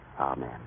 Amen